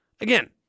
Again